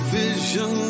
vision